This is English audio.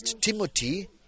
Timothy